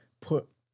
put